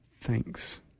thanks